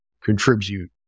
contribute